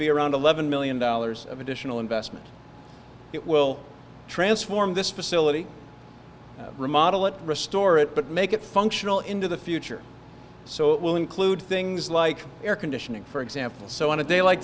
be around eleven million dollars of additional investment it will transform this facility remodel it restore it but make it functional into the future so it will include things like air conditioning for example so on a day like